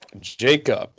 Jacob